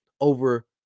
over